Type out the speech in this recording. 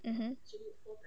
mmhmm